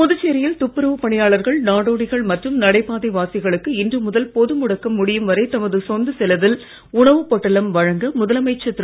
புதுச்சேரியில் துப்புரவு பணியாளர்கள் நாடோடிகள் மற்றும் நடைபாதை வாசிகளுக்கு இன்று முதல் பொது முடக்கம் முடியும் வரை தமது சொந்த செலவில் உணவு பொட்டலம் வழங்க முதலமைச்சர் திரு